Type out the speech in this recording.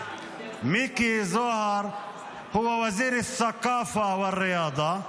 מיקי זוהר הוא וזיר א-ת'קאפה וריאדה,